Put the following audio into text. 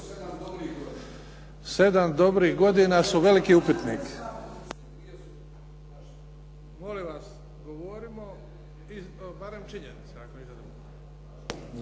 7 dobrih godina